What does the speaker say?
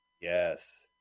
Yes